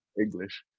English